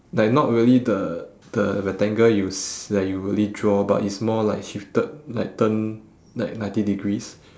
like not really the the rectangle you s~ that you really draw but it's more like shifted like turned like ninety degrees